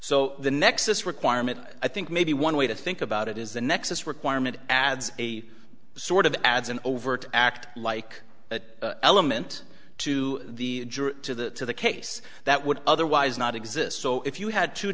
so the nexus requirement i think maybe one way to think about it is the nexus requirement adds a sort of adds an overt act like that element to the to the to the case that would otherwise not exist so if you had t